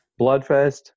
Bloodfest